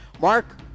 Mark